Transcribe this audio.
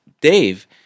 Dave